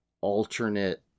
alternate